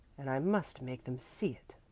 and i must make them see it.